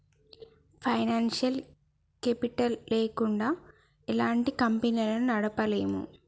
financial capital లేకుండా ఎలాంటి కంపెనీలను నడపలేము